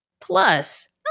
Plus